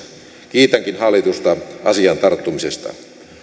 kiitänkin hallitusta asiaan tarttumisesta